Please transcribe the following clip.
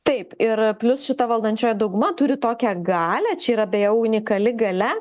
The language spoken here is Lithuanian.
taip ir plius šita valdančioji dauguma turi tokią galią čia yra beje unikali galia